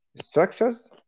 structures